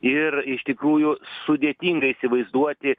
ir iš tikrųjų sudėtinga įsivaizduoti